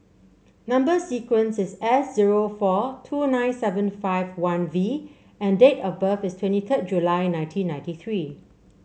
number sequence is S zero four two nine seven five one V and date of birth is twenty third July nineteen ninety three